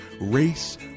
race